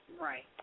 Right